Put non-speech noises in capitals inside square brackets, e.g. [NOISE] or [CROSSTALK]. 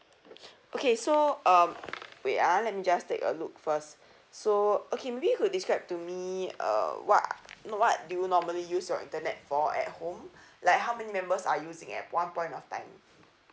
okay so uh wait ah let me just take a look first so okay maybe you could describe to me uh what what do you normally use your internet for at home [BREATH] like how many members are using at one point of time